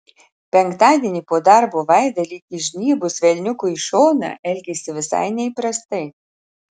penktadienį po darbo vaida lyg įžnybus velniukui į šoną elgėsi visai neįprastai